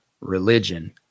religion